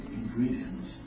ingredients